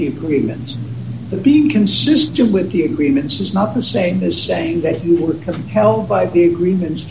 the agreements to be consistent with the agreements is not the same as saying that you were compelled by the agreements